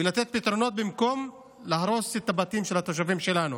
ולתת פתרונות במקום להרוס את הבתים של התושבים שלנו.